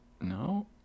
No